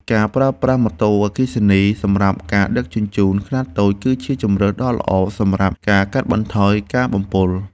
ការប្រើប្រាស់ម៉ូតូអគ្គិសនីសម្រាប់ការដឹកជញ្ជូនខ្នាតតូច គឺជាជម្រើសដ៏ល្អសម្រាប់ការកាត់បន្ថយការបំពុល។